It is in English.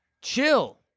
Chill